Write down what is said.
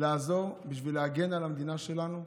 לעזור בשביל להגן על המדינה שלנו,